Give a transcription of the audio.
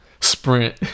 sprint